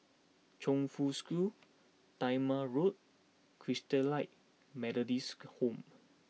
Chongfu School Talma Road Christalite Methodist Home